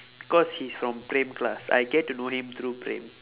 cause he's from praem class I get to know him through praem